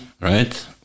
right